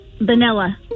Vanilla